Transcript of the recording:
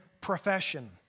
profession